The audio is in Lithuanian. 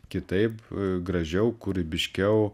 kitaip gražiau kūrybiškiau